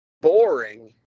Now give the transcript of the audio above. boring